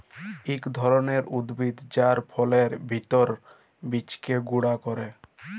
ইক ধরলের উদ্ভিদ যার ফলের ভিত্রের বীজকে গুঁড়া ক্যরে